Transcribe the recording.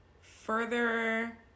further